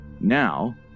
Now